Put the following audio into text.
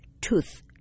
tooth